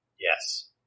Yes